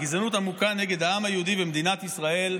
בגזענות עמוקה נגד העם היהודי במדינת ישראל.